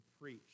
preach